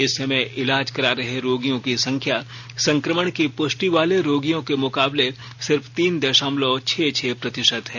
इस समय इलाज करा रहे रोगियों की संख्या संक्रमण की पुष्टि वाले रोगियों के मुकाबले सिर्फ तीन दशमलव छह छह प्रतिशत है